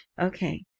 Okay